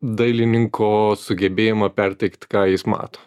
dailininko sugebėjimą perteikt ką jis mato